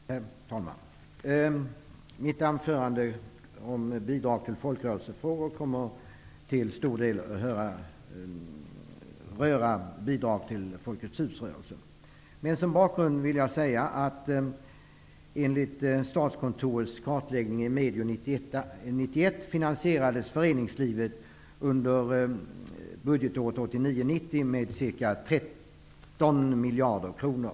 Herr talman! Mitt anförande om bidrag till folkrörelser kommer till stor del att röra bidrag till Som bakgrund vill jag säga att enligt stadskontorets kartläggning 1991 finansierades föreningslivet under budgetåret 1989/90 med ca 13 miljarder kronor.